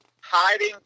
hiding